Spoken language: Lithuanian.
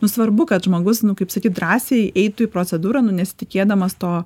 nu svarbu kad žmogus nu kaip sakyt drąsiai eitų į procedūrą nu nesitikėdamas to